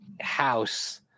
house